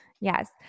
Yes